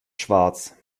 schwarz